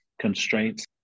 constraints